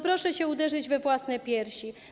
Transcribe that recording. Proszę się uderzyć we własne piersi.